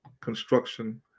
construction